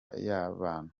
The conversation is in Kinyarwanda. y’abantu